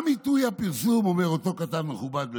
גם עיתוי הפרסום, אומר אותו כתב מכובד בגלובס,